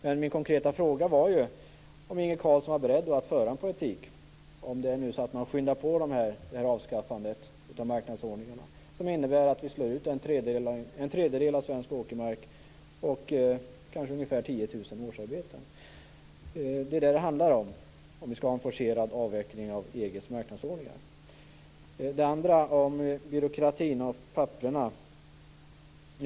Min konkreta fråga var ju om Inge Carlsson är beredd att föra en politik - om man nu skyndar på avskaffandet av marknadsordningarna - som innebär att vi slår ut en tredjedel av den svenska åkermarken och ungefär 10 000 årsarbeten. Det är det som det handlar om, om vi skall ha en forcerad avveckling av EG:s marknadsordningar. Jag frågade också om byråkratin och papperna.